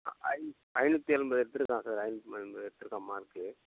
ஐந்நூ ஐந்நூற்றி எண்பது எடுத்துருக்கான் சார் ஐந்நூற்றி எண்பது எடுத்துருக்கான் மார்க்கு